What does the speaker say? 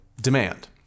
demand